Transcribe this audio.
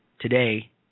today